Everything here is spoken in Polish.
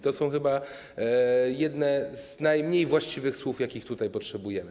To są chyba jedne z najmniej właściwych słów, jakich tu potrzebujemy.